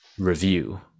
review